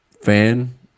fan